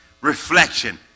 reflection